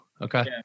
Okay